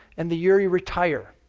and the year you retire.